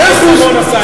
חיים רמון עשה את זה.